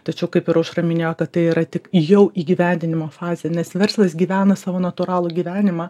tačiau kaip ir aušra minėjo kad tai yra tik jau įgyvendinimo fazė nes verslas gyvena savo natūralų gyvenimą